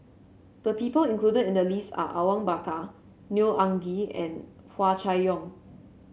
the people included in the list are Awang Bakar Neo Anngee and Hua Chai Yong